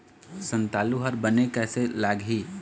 संतालु हर बने कैसे लागिही?